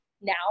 now